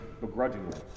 begrudgingly